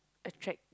attract